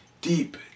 deep